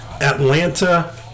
Atlanta